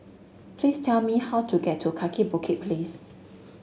please tell me how to get to Kaki Bukit Place